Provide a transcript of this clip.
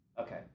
okay